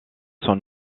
son